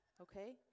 okay